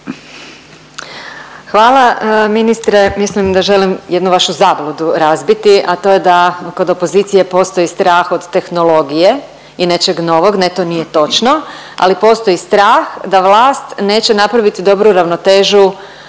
Hvala. Ministre, mislim da želim jednu vašu zabludu razbiti, a to je da kod opozicije postoji strah od tehnologije i nečeg novog. Ne to nije točno. Ali postoji strah da vlast neće napraviti dobru ravnotežu